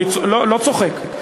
ואני לא צוחק,